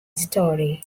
story